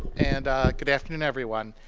and good afternoon, everyone.